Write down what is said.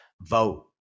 vote